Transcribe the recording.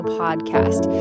podcast